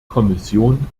kommission